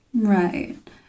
Right